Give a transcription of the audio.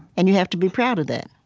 and you have to be proud of that